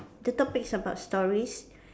the topic is about stories